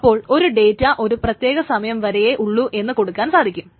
അപ്പോൾ ഒരു ഡേറ്റ ഒരു പ്രത്യേക സമയം വരയേയുള്ളൂ എന്ന് കൊടുക്കാൻ സാധിക്കും